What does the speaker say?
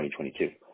2022